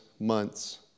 months